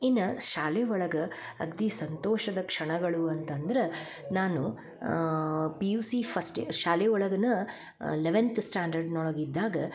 ಇನ್ನ ಶಾಲೆ ಒಳಗೆ ಅಗ್ದಿ ಸಂತೋಷದ ಕ್ಷಣಗಳು ಅಂತಂದ್ರ ನಾನು P U C first year ಶಾಲೆ ಒಳಗನ ಲೆವೆಂತ್ ಸ್ಟ್ಯಾಂಡರ್ಡ್ನೊಳಗ ಇದ್ದಾಗ